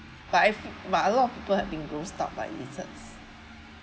but I think but a lot of people have been grossed out by lizards